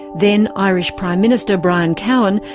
then irish prime minister, brian cowen,